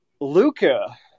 Luca